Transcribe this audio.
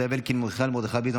זאב אלקין,